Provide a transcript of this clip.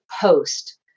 post